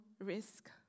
risk